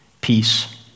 peace